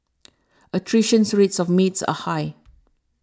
attrition rates of maids are high